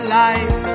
life